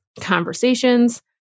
conversations